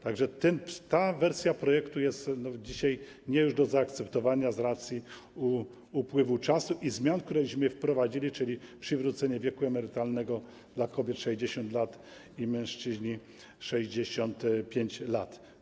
Tak że ta wersja projektu jest dzisiaj już nie do zaakceptowania z racji upływu czasu i zmian, które wprowadziliśmy, czyli chodzi o przywrócenie wieku emerytalnego dla kobiet - 60 lat i mężczyzn - 65 lat.